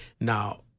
Now